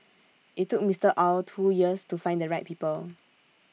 IT took Mister Ow two years to find the right people